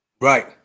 Right